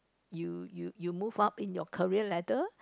you you you move out in your career ladder